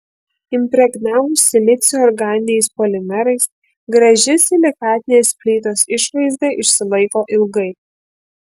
impregnavus silicio organiniais polimerais graži silikatinės plytos išvaizda išsilaiko ilgai